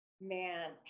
man